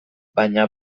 baina